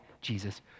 Jesus